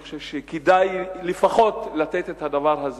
אני חושב שכדאי לפחות לתת את הדבר הזה,